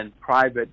private